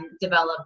develop